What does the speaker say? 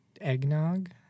eggnog